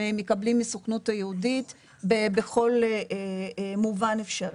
מקבלים מהסוכנות היהודית בכל מובן אפשרי.